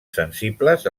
sensibles